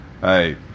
Hey